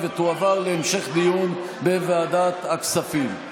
להמשך דיון בוועדת הכספים.